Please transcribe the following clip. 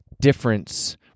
difference